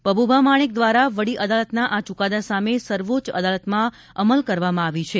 પબુભા માણેક દ્વારા વડી અદાલતના આ ચૂકાદા સામે સર્વોચ્ચ અદાલતમાં અમલ કરવામાં આવી છે